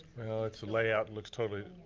well, it's the layout, looks totally.